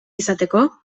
izateko